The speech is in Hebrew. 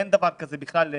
אין בכלל דבר כזה, קפסולות,